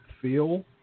feel